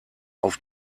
auf